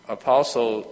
apostle